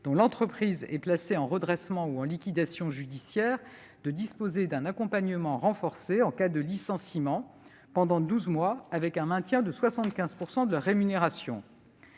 dont l'entreprise est placée en redressement ou en liquidation judiciaire de disposer d'un accompagnement renforcé en cas de licenciement pendant douze mois, avec un maintien de 75 % de la rémunération.